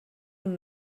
und